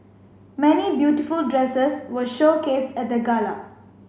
many beautiful dresses were showcased at the gala